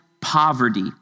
poverty